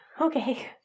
Okay